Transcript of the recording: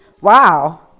Wow